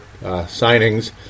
signings